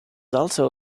also